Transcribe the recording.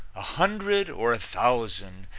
a hundred or a thousand,